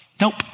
Nope